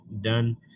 done